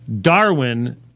Darwin